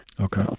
Okay